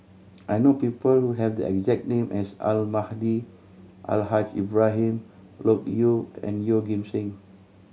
I know people who have the exact name as Almahdi Al Haj Ibrahim Loke Yew and Yeoh Ghim Seng